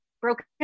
broken